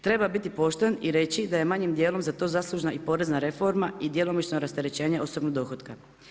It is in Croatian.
Treba biti pošten i reći da je manjim dijelom za to zaslužna i porezna reforma i djelomično rasterećenje osobnog dohotka.